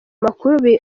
makuru